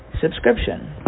subscription